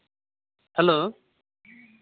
hello